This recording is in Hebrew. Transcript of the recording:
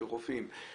של רופאים,